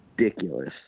ridiculous